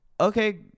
okay